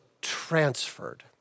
transferred